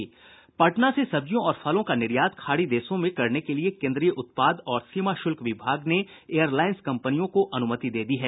पटना से सब्जियों और फलों का निर्यात खाड़ी देशों में करने के लिए केन्द्रीय उत्पाद और सीमा शुल्क विभाग ने एयरलाइंस कम्पनियों को अनूमति दे दी है